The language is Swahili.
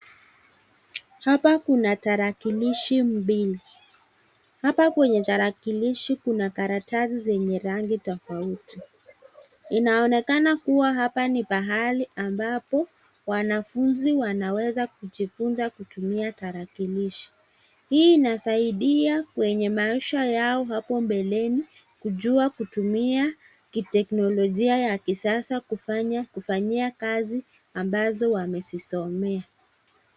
Hapa kuna tarakilishi mbili hapa kwenye tarakilishi kuna karatasi zenye rangi tofauti. Inaonekana kuwa hapa ni pahali ambapo wanafunzi wanaweza kujifunza kutumia tarakilishi, hii inasaidia kwenye maisha yao hapo mbeleni kujua kutumia kiteknolojia ya kisasa kufanyia kazi ambazo wamezisomea.